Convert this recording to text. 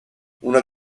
una